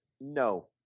No